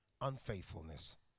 unfaithfulness